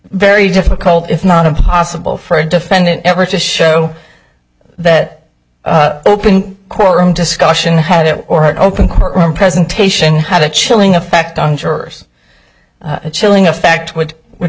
very difficult if not impossible for a defendant ever to show that open courtroom discussion had it or an open courtroom presentation had a chilling effect on jurors a chilling effect which would